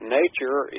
nature